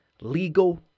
legal